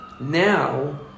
Now